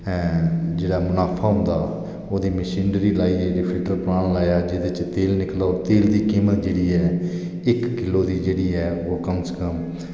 जेहड़ा मुनाफा होंदा ओहदी मशिनरी दा जां फिल्टर पलाॅट लाया जेहदे च तेल दी कीमत जेहड़ी ऐ इक किलो दी जेहड़ी ऐ ओह् कम से कम